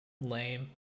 Lame